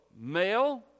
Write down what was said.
male